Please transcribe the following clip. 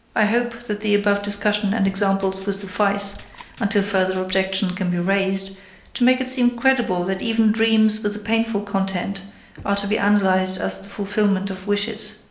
i hope that the above discussion and examples will suffice until further objection can be raised to make it seem credible that even dreams with a painful content are to be analyzed as the fulfillments of wishes.